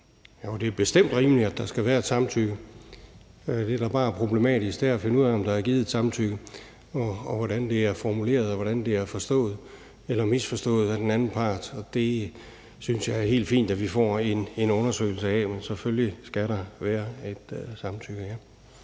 det er bestemt rimeligt, at der skal være et samtykke. Det, der bare er problematisk, er at finde ud af, om det er givet et samtykke, og hvordan det er formuleret, og hvordan det er forstået – eller misforstået – af den anden part, og det synes jeg det er helt fint at vi får en undersøgelse af. Men selvfølgelig skal der her være et samtykke.